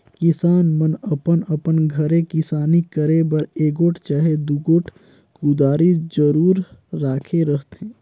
किसान मन अपन अपन घरे किसानी करे बर एगोट चहे दुगोट कुदारी जरूर राखे रहथे